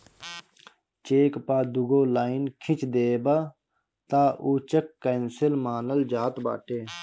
check पअ दुगो line खिंच देबअ तअ उ चेक केंसल मानल जात बाटे